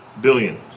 billion